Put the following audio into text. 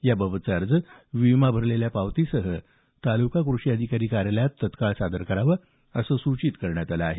याबाबतचा अर्ज विमा भरलेल्या पावतीसह तालुका कृषी अधिकारी कार्यालयात तत्काळ अर्ज सादर करावेत असं सूचित करण्यात आलं आहे